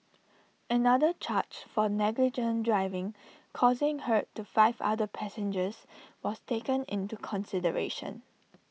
another charge for negligent driving causing hurt to five other passengers was taken into consideration